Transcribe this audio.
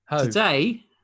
Today